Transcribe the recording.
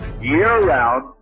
year-round